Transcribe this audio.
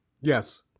Yes